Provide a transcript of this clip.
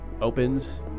opens